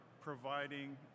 providing